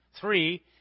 Three